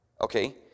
Okay